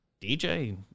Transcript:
DJ